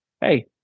hey